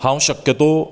हांव शक्यतो